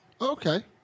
Okay